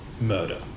murder